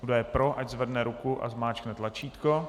Kdo je pro, ať zvedne ruku a zmáčkne tlačítko.